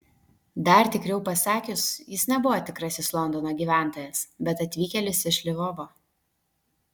dar tikriau pasakius jis nebuvo tikrasis londono gyventojas bet atvykėlis iš lvovo